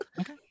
Okay